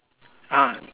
ah